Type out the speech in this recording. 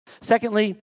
Secondly